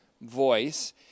voice